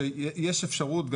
שיש אפשרות,